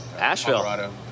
Asheville